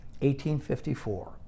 1854